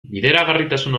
bideragarritasun